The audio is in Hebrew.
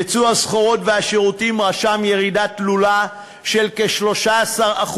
ייצוא הסחורות והשירותים רשם ירידה תלולה של כ-13%,